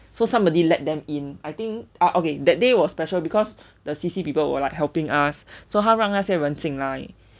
so somebody let them in I think ah okay that day was special because the C_C people were like helping us so 他让那些人进来